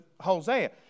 Hosea